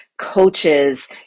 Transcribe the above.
coaches